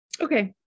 Okay